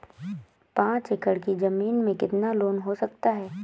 पाँच एकड़ की ज़मीन में कितना लोन हो सकता है?